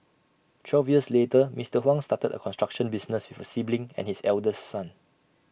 twelve years later Mister Huang started A construction business with A sibling and his eldest son